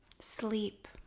sleep